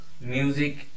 music